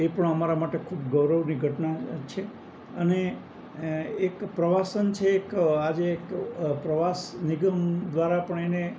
એ પણ અમારા માટે ખૂબ ગૌરવની ઘટના છે અને એર પ્રવાસન છે એક આજે એક પ્રવાસ નિગમ દ્વારા પણ એને